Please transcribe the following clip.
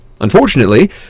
Unfortunately